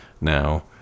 now